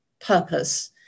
purpose